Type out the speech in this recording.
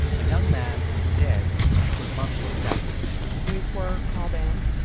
a young man dead with multiple stab wounds police were called in.